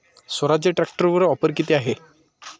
स्वराज्य ट्रॅक्टरवर ऑफर किती आहे?